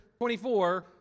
24